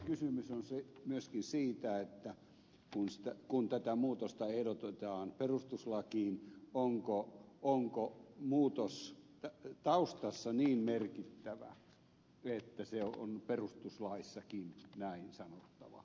kysymys on myöskin siitä kun tätä muutosta ehdotetaan perustuslakiin onko muutos taustassa niin merkittävä että se on perustuslaissakin näin sanottava